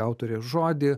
autorės žodį